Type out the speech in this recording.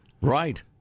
Right